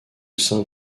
saint